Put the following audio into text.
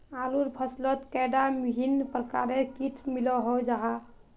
आलूर फसलोत कैडा भिन्न प्रकारेर किट मिलोहो जाहा?